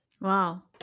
Wow